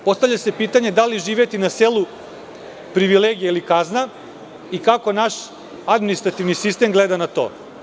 Postavlja se pitanje – da li je živeti na selu privilegija ili kazna i kako naš administrativni sistem gleda na to?